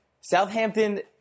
Southampton